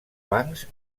bancs